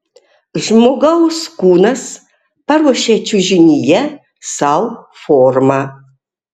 žmogaus kūnas paruošia čiužinyje sau formą